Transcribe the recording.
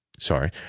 Sorry